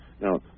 Now